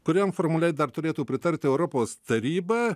kuriam formaliai dar turėtų pritarti europos taryba